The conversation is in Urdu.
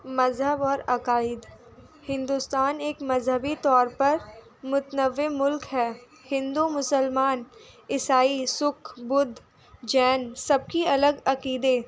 مذہب اور عقائد ہندوستان ایک مذہبی طور پر متنوع ملک ہے ہندو مسلمان عیسائی سکھ بدھ جین سب کی الگ عقیدے